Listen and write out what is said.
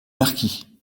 marquis